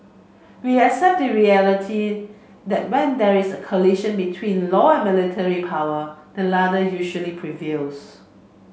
we accept the reality that when there is a collision between law and military power the latter usually prevails